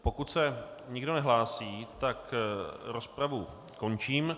Pokud se nikdo nehlásí, tak rozpravu končím.